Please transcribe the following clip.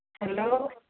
hello